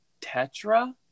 tetra